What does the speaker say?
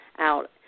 out